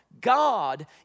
God